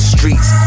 streets